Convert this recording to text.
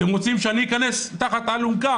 אתם רוצים שאני אכנס תחת האלונקה?